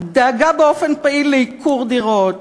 דאגה באופן פעיל לייקור דירות,